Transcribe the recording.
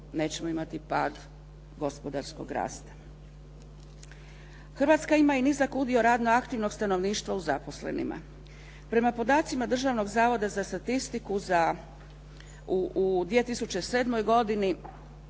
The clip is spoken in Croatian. nećemo imati pad gospodarskog rasta. Hrvatska ima i nizak udio radno aktivnog stanovništva u zaposlenima. Prema podacima Državnog zavoda za statistiku u 2007. godini